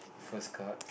first card